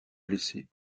blessé